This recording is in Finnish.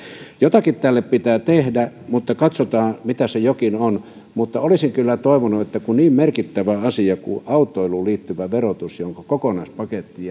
jotakin tälle pitää tehdä mutta katsotaan mitä se jokin on olisin kyllä toivonut että niin merkittävä asia kuin autoiluun liittyvä verotus jonka kokonaispaketti